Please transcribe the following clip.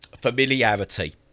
familiarity